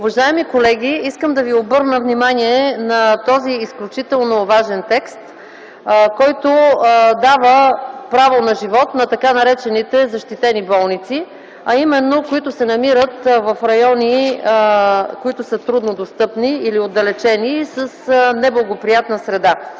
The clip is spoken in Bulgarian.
Уважаеми колеги, искам да ви обърна внимание на този изключително важен текст, който дава право на живот на така наречените защитени болници, а именно които се намират в райони, които са трудно достъпни или отдалечени, с неблагоприятна среда.